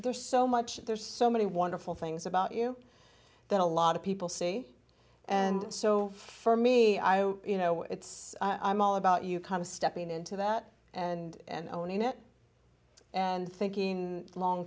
there's so much there's so many wonderful things about you that a lot of people see and so for me you know it's all about you comes stepping into that and owning it and thinking long